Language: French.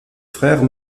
frères